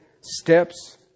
steps